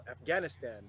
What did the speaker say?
Afghanistan